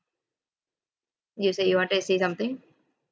you said you wanted to say something